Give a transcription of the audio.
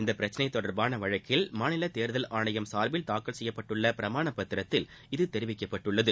இப்பிரச்சினை தொடர்பான வழக்கில் மாநிலத் தேர்தல் ஆணையம் சார்பில் தாக்கல் செய்யப்பட்டுள்ள பிரமாண பத்திரத்தில் இது தெரிவிக்கப்பட்டுள்ளது